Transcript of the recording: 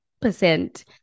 percent